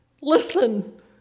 Listen